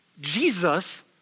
Jesus